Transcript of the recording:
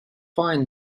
find